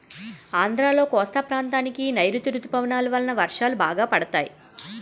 ఆంధ్రాలో కోస్తా ప్రాంతానికి నైరుతీ ఋతుపవనాలు వలన వర్షాలు బాగా పడతాయి